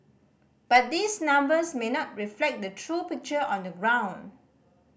but these numbers may not reflect the true picture on the ground